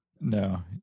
No